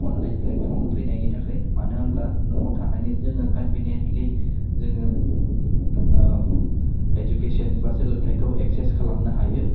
online platform फैनायनि थाखाय मानो होनब्ला न'वाव थानानै जोङो कनभिनेनलि जोङो इडुकेशन बा सोलोंथाइखौ इक्सेस खालामनो हायो